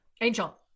Angel